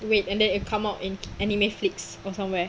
wait and then it will come out in anime flix or somewhere